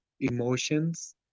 emotions